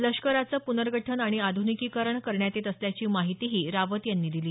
लष्कराचं प्नर्गठन आणि आध्निकीकरण करण्यात येत असल्याची माहितीही रावत यांनी दिली